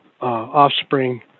offspring